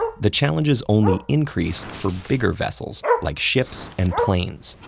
the challenges only increase for bigger vessels, like ships and planes.